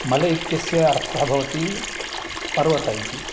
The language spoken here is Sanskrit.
मले इत्यस्य अर्थः भवति पर्वतः इति